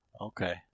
Okay